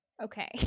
Okay